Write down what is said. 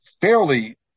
fairly